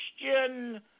Christian